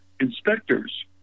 inspectors